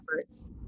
efforts